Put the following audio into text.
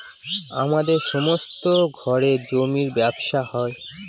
আমাদের সমস্ত ঘরে জমির ব্যবসা হয়